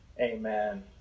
Amen